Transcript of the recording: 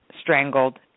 strangled